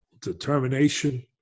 determination